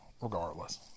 regardless